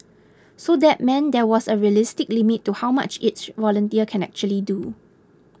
so that meant there was a realistic limit to how much each volunteer can actually do